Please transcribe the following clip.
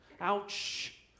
Ouch